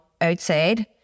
outside